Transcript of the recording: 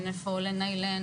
אין איפה לניילן,